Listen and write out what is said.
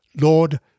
Lord